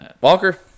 Walker